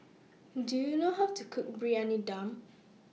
Do YOU know How to Cook Briyani Dum